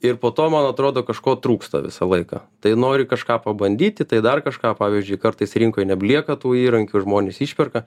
ir po to man atrodo kažko trūksta visą laiką tai nori kažką pabandyti tai dar kažką pavyzdžiui kartais rinkoj nebelieka tų įrankių žmonės išperka